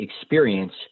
experience